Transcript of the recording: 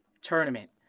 tournament